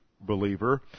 believer